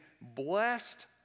blessed